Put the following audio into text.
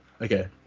Okay